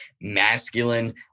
masculine